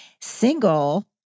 single